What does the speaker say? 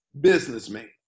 businessman